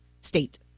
state